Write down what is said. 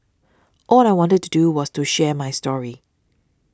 all I wanted to do was to share my story